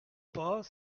pas